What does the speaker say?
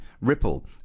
Ripple